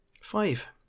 Five